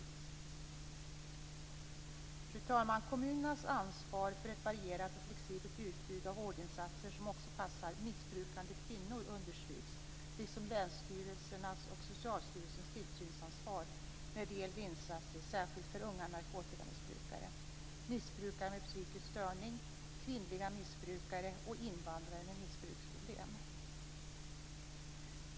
Fru talman! Kommunernas ansvar för ett varierat och flexibelt utbud av vårdinsatser som också passar missbrukande kvinnor understryks liksom länsstyrelsernas och Socialstyrelsens tillsynsansvar när det gäller insatser särskilt för unga narkotikamissbrukare, missbrukare med psykisk störning, kvinnliga missbrukare och invandrare med missbruksproblem.